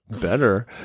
better